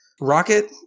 Rocket